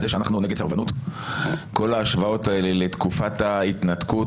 זה שאנחנו נגד סרבנות כל ההשוואות האלה לתקופת ההתנתקות,